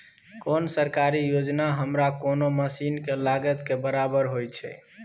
कोन सरकारी योजना हमरा कोनो मसीन के लागत के बराबर होय छै?